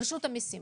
רשות המסים.